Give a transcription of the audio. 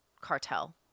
cartel